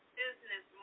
business